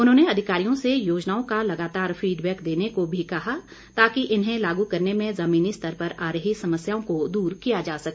उन्होंने अधिकारियों से योजनाओं का लगातार फीडबैक देने को भी कहा ताकि इन्हें लागू करने में जमीनी स्तर पर आ रही समस्याओं को दूर किया जा सके